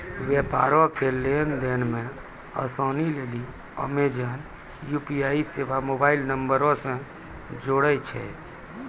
व्यापारो के लेन देन मे असानी लेली अमेजन यू.पी.आई सेबा मोबाइल नंबरो से जोड़ै छै